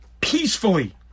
Peacefully